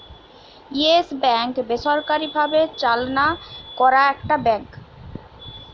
yes Bank বেসরকারি ভাবে চালনা করা একটা ব্যাঙ্ক